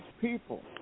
people